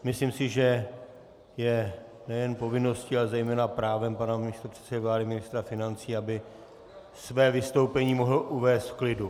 Myslím si, že je nejen povinností, ale zejména právem pana předsedy vlády a ministra financí, aby své vystoupení mohl uvést v klidu.